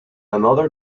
another